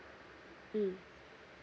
mm